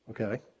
okay